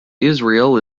israel